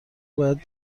باید